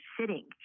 sitting